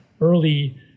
early